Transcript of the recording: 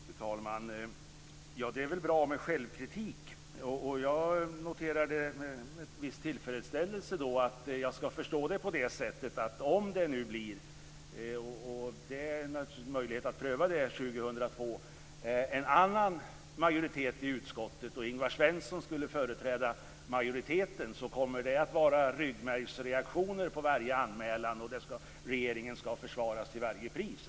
Fru talman! Det är väl bra med självkritik, och jag noterar med viss tillfredsställelse att jag ska förstå det på det sättet att om det nu blir - det får man möjlighet att pröva 2002 - en annan majoritet i utskottet och Ingvar Svensson då skulle företräda majoriteten, kommer det att bli ryggmärgsreaktioner på varje anmälan och kommer regeringen att försvaras till varje pris.